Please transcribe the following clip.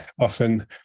often